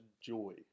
joy